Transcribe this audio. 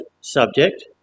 subject